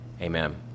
Amen